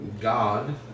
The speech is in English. God